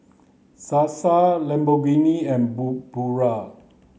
Sasa Lamborghini and Pura